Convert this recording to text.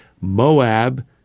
Moab